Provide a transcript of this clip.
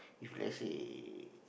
if let's say